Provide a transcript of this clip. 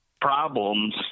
problems